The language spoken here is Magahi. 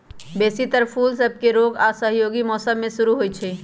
बेशी तर फूल सभके रोग आऽ असहयोगी मौसम में शुरू होइ छइ